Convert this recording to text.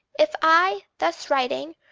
if i, thus writing,